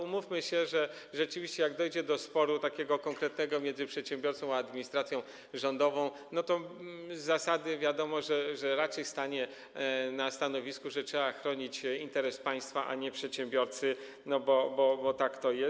Umówmy się, że rzeczywiście, kiedy dojdzie do sporu takiego konkretnego między przedsiębiorcą a administracją rządową, to z zasady wiadomo, że raczej stanie on na stanowisku, że trzeba chronić interes państwa, a nie przedsiębiorcy, bo tak to jest.